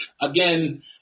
Again